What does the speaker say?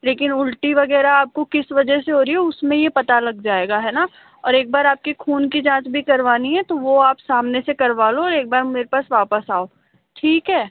लेकिन उल्टी वगैरह आपको किस वजह से हो रही है उसमे यह पता लग जायेगा है न और एक बार आपकी खून की जाँच भी करवानी है तो वह आप सामने से करवा लो और एक बार मेरे पास वापस आओ ठीक है